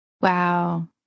Wow